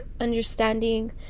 understanding